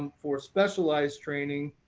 for specialized training,